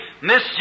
Miss